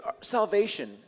salvation